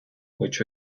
which